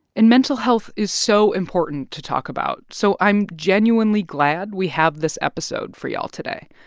and mental health is so important to talk about, so i'm genuinely glad we have this episode for y'all today.